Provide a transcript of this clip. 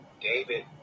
David